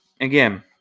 again